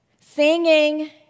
Singing